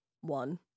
one